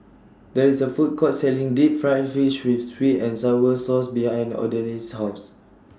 There IS A Food Court Selling Deep Fried Fish with Sweet and Sour Sauce behind Odalys' House